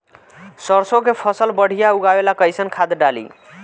सरसों के फसल बढ़िया उगावे ला कैसन खाद डाली?